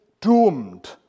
doomed